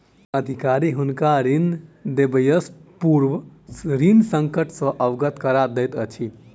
अधिकारी हुनका ऋण देबयसॅ पूर्व ऋण संकट सॅ अवगत करा दैत अछि